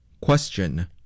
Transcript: Question